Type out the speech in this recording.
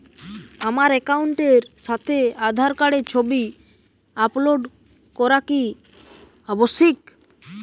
আমার অ্যাকাউন্টের সাথে আধার কার্ডের ছবি আপলোড করা কি আবশ্যিক?